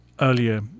Earlier